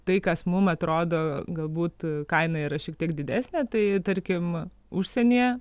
tai kas mum atrodo galbūt kaina yra šiek tiek didesnė tai tarkim užsienyje